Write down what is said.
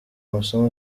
amasomo